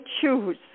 choose